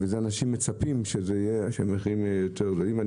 אנשים מצפים שהמחירים יהיו יותר נמוכים.